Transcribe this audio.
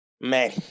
man